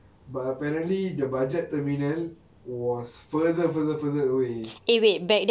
but apparently the budget terminal was further further further away